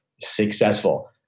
successful